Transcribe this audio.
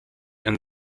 and